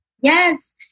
yes